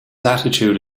attitude